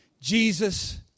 Jesus